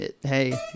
Hey